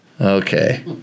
okay